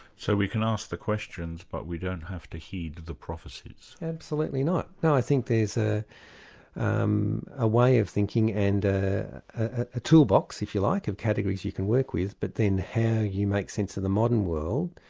so we can ask the questions but we don't have to heed the prophecies? absolutely not. no, i think there's ah um a way of thinking and ah a toolbox, if you like, of categories you can work with, but then how do you make sense of the modern world,